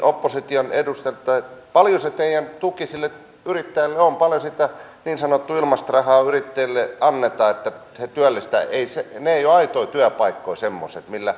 minäkin toivon että tässä päästäisiin tilanteeseen jossa työmarkkinajärjestöt lähtisivät neuvottelemaan pitkäaikaisesta vakauttavasta palkkaratkaisusta joka olisi melkein kaikkien talousasiantuntijoitten mukaan se paras mahdollinen vaihtoehto viedä asioita eteenpäin